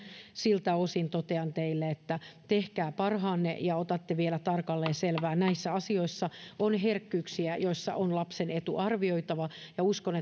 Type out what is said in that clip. siltä osin totean teille että tehkää parhaanne ja ottakaa vielä tarkalleen selvää näissä asioissa on herkkyyksiä joissa on lapsen etu arvioitava ja uskon